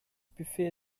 buffet